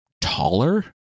taller